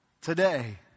today